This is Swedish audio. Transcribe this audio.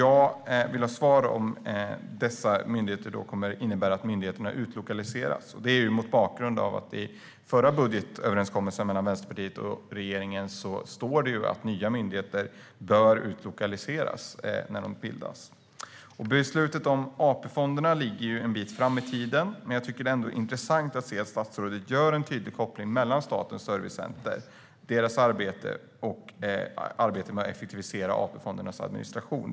Jag vill ha svar på om inrättandet av dessa myndigheter kommer att innebära att de utlokaliseras - detta mot bakgrund av att det i förra budgetöverenskommelsen mellan Vänsterpartiet och regeringen står att nya myndigheter bör utlokaliseras när de bildas. Beslutet om AP-fonderna ligger en bit fram i tiden, men jag tycker ändå att det är intressant att statsrådet gör en tydlig koppling mellan Statens servicecenters arbete och arbetet för att effektivisera AP-fondernas administration.